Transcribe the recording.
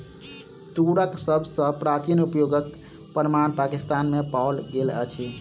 तूरक सभ सॅ प्राचीन उपयोगक प्रमाण पाकिस्तान में पाओल गेल अछि